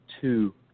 two